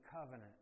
Covenant